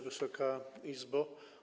Wysoka Izbo!